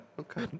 Okay